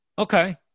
Okay